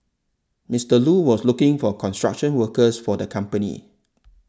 Mister Lu was looking for construction workers for the company